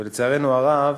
ולצערנו הרב,